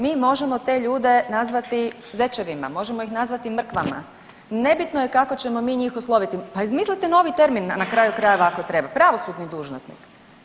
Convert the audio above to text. Mi možemo te ljude nazvati zečevima, možemo ih nazvati mrkvama, nebitno je kako ćemo mi njih osloviti, pa izmislite novi termin na kraju krajeva ako treba, pravosudni dužnosnik.